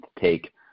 take